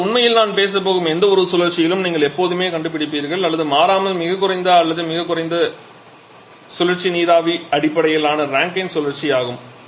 அல்லது உண்மையில் நான் பேசப் போகும் எந்தவொரு சுழற்சியிலும் நீங்கள் எப்போதுமே கண்டுபிடிப்பீர்கள் அல்லது மாறாமல் மிகக் குறைந்த அல்லது மிகக் குறைந்த சுழற்சி நீராவி அடிப்படையிலான ரேங்கைன் சுழற்சி ஆகும்